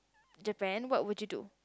Japan what would you do